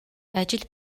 ажил